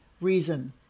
reason